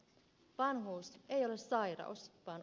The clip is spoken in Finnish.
vanhuus ei ole sairaus vaan